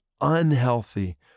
unhealthy